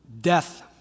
death